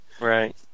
Right